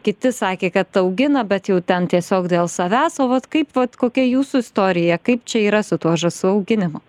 kiti sakė kad augina bet jau ten tiesiog dėl savęs o vat kaip vat kokia jūsų istorija kaip čia yra su tuo žąsų auginimu